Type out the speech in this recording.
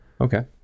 Okay